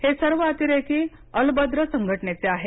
हे सर्व अतिरेकी अलबद्र संघटनेचे आहेत